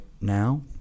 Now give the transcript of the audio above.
now